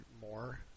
more